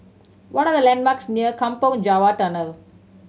what are the landmarks near Kampong Java Tunnel